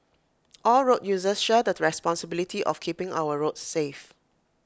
all road users share the responsibility of keeping our roads safe